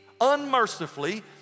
unmercifully